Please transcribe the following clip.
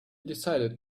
decided